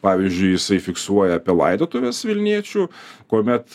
pavyzdžiui jisai fiksuoja apie laidotuves vilniečių kuomet